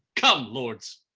come lords!